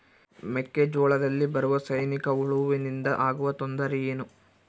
ಮೆಕ್ಕೆಜೋಳದಲ್ಲಿ ಬರುವ ಸೈನಿಕಹುಳುವಿನಿಂದ ಆಗುವ ತೊಂದರೆ ಏನು?